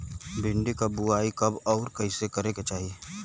भिंडी क बुआई कब अउर कइसे करे के चाही?